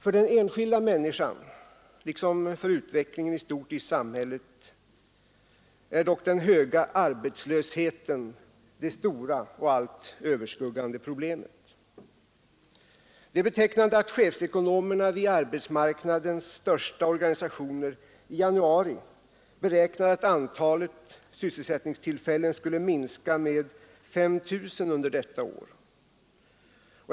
För den enskilda människan, liksom för utvecklingen i stort i samhället, är dock den höga arbetslösheten det stora och helt överskug gande problemet. Det är betecknande att chefsekonomerna vid arbetsmarknadens största organisationer i januari beräknade att antalet sysselsättningstillfällen skulle minska med 5 000 under detta år.